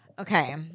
Okay